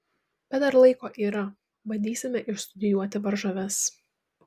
bet dar laiko yra bandysime išstudijuoti varžoves